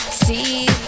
see